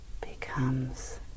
becomes